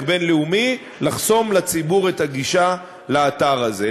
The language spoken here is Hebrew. בינלאומי" לחסום לציבור את הגישה לאתר הזה.